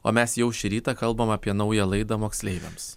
o mes jau šį rytą kalbam apie naują laidą moksleiviams